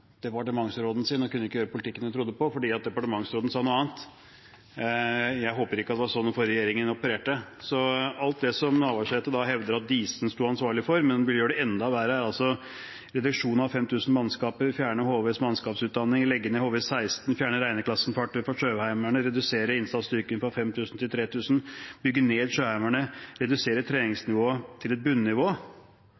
det var slik den forrige regjeringen opererte. Så alt det som Navarsete hevder at Diesen sto ansvarlig for – og ville gjøre det enda verre – er altså en reduksjon på 5 000 mannskaper, å fjerne HVs mannskapsutdanning, legge ned HV-16, fjerne Reineklasse-fartøy fra Sjøheimevernet, redusere innsatsstyrken fra 5 000 til 3 000, bygge ned Sjøheimevernet og redusere